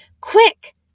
Quick